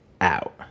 out